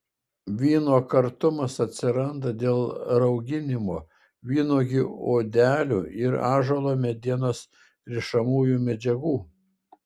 vyno kartumas atsiranda dėl rauginimo vynuogių odelių ir ąžuolo medienos rišamųjų medžiagų